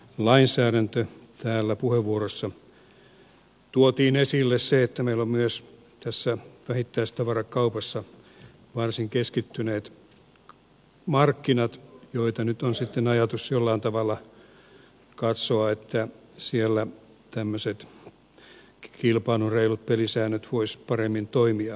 täällä puheenvuorossa tuotiin esille se että meillä on myös tässä vähittäistavarakaupassa varsin keskittyneet markkinat joita nyt on sitten ajatus jollain tavalla katsoa että siellä tämmöiset kilpailun reilut pelisäännöt voisivat paremmin toimia